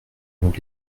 nous